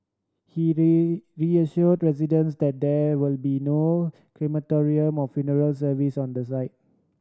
he reassured residents that there will be no crematorium more funeral services on the site